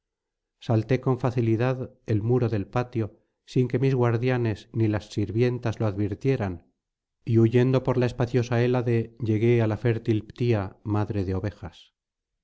salté con facilidad el muro del patio sin que mis guardianes ni las sirvientas lo advirtieran y huyendo por la espaciosa hélade llegué á la fértil ptía madre de ovejas